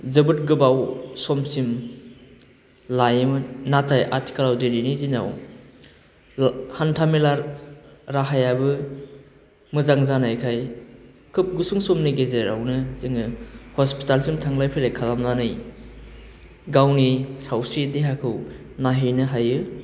जोबोद गोबाव समसिम लायोमोन नाथाइ आथिखालाव दिनैनि दिनाव हान्था मेला राहायाबो मोजां जानायखाय खोब गुसुं समनि गेजेरावनो जोङो हस्पिटालसिम थांलाय फैलाय खालामनानै गावनि सावस्रि देहाखौ नायहैनो हायो